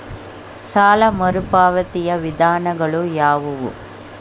ಸಾಲ ಮರುಪಾವತಿಯ ವಿಧಾನಗಳು ಯಾವುವು?